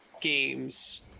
games